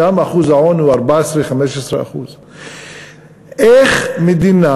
שם אחוז העוני הוא 14% 15%. איך מדינה